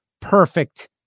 perfect